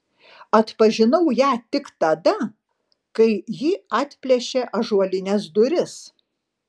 atpažinau ją tik tada kai ji atplėšė ąžuolines duris